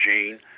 Gene